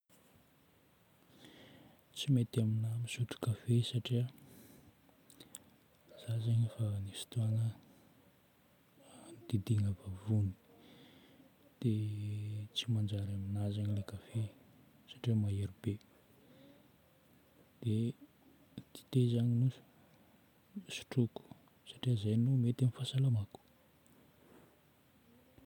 Tsy mety aminahy misotro kafe satria za zagny efa nisy fotoagna nodidina vavony dia tsy manjary aminahy zagny ilay kafe satria mahery be. Dia dite zagny no stroiko satria zay no mety amin'ny fahasalamako.